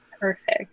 perfect